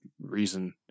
reason